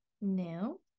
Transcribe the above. no